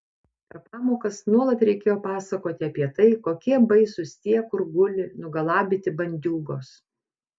per pamokas nuolat reikėjo pasakoti apie tai kokie baisūs tie kur guli nugalabyti bandiūgos